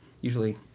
Usually